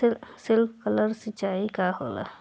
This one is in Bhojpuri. स्प्रिंकलर सिंचाई का होला?